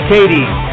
Katie